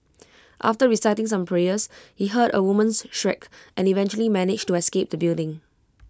after reciting some prayers he heard A woman's shriek and eventually managed to escape the building